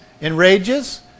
enrages